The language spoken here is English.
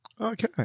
Okay